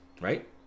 right